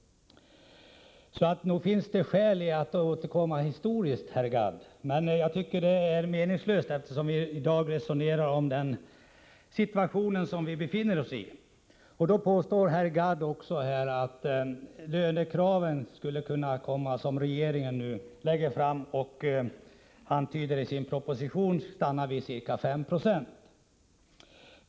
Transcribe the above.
Nog finns det skäl att återkomma till historien, herr Gadd, men jag tycker det är meningslöst, eftersom vi i dag resonerar om den situation som vi befinner oss i. Herr Gadd påstår också att lönekraven, såsom regeringen antyder i sin proposition, kommer att stanna vid ca 5 70.